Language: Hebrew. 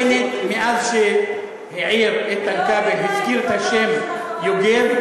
השר בנט, מאז שהעיר איתן כבל, הזכיר את השם יוגב,